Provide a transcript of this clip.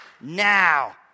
now